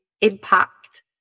impact